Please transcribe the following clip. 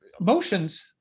emotions